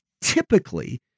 typically